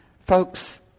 Folks